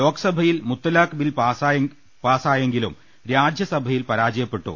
ലോക്സഭയിൽ മുത്തലാഖ് ബിൽ പാസായെങ്കിലും രാജ്യസഭയിൽ പരാജയപ്പെട്ടു